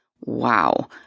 wow